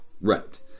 Right